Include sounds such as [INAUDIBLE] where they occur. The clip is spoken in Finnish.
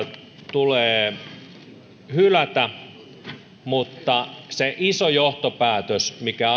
tulee hylätä mutta se iso johtopäätös mikä [UNINTELLIGIBLE]